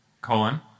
colon